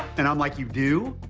and i'm like, you do?